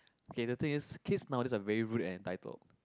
okay the thing is kids nowadays are very rude and entitled